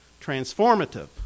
transformative